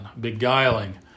beguiling